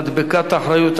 מדבקת אחריות),